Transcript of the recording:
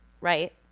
right